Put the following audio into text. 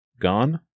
gone